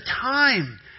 time